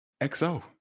XO